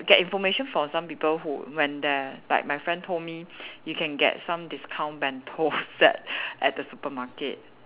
get information from some people who went there like my friend told me you can get some discount bento set at the supermarket